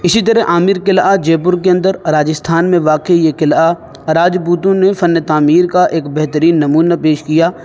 اسی طرح عامر قلعہ جے پور کے اندر راجستھان میں واقع یہ قلعہ راجپوتوں نے فن تعمیر کا ایک بہترین نمونہ پیش کیا